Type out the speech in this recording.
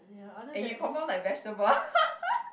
ya other then